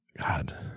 God